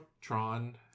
Tron